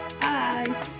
Bye